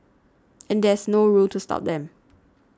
and there's no rule to stop them